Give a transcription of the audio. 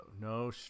no